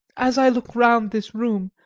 as i look round this room,